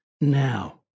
now